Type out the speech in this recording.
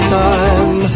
time